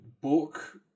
book